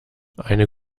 eine